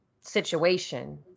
situation